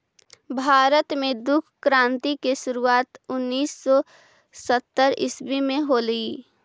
भारत में दुग्ध क्रान्ति की शुरुआत उनीस सौ सत्तर ईसवी में होलई